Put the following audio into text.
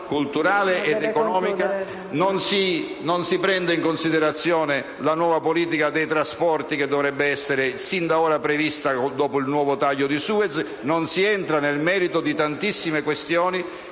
Non si prende in considerazione la nuova politica dei trasporti che dovrebbe essere sin da ora prevista dopo il nuovo taglio di Suez, non si entra nel merito di tantissime questioni